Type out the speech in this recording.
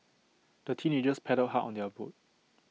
the teenagers paddled hard on their boat